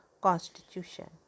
constitution